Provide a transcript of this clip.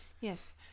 Yes